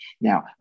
Now